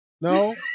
No